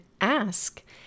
ask